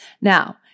Now